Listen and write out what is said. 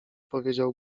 powiedział